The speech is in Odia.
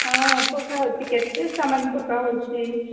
ହଁ ପକାହେଉଛି କେତେ ସାମାନ ପକାହେଉଛି